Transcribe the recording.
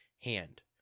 hand